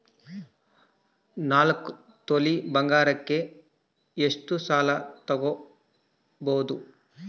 ನಾಲ್ಕು ತೊಲಿ ಬಂಗಾರಕ್ಕೆ ಎಷ್ಟು ಸಾಲ ತಗಬೋದು?